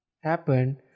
happen